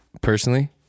personally